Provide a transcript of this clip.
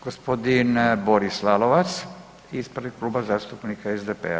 Gospodin Boris Lalovac ispred Kluba zastupnika SDP-a.